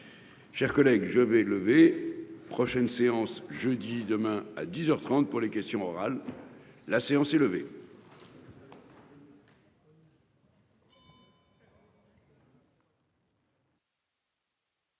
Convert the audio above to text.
Chers collègues, je vais levée prochaine séance jeudi, demain à 10h 30 pour les questions orales. La séance est levée.